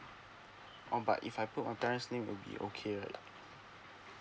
oh but if I put my parents name will be okay right